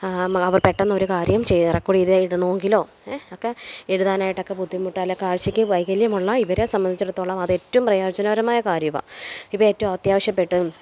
മവ അവർ പെട്ടന്നൊരു കാര്യം ചെയ്ത റെക്കോർഡ് ചെയ്ത് ഇടണമെങ്കിലോ ഒക്കെ എഴുതാനായിട്ടൊക്കെ ബുദ്ധിമുട്ട് അല്ലേ കാഴ്ചക്ക് വൈകല്യമുള്ള ഇവരെ സംബന്ധിച്ചിടത്തോളം അത് ഏറ്റവും പ്രയോജനകരമായ കാര്യമാണ് ഇപ്പോൾ ഏറ്റോം അത്യാവശ്യപ്പെട്ട്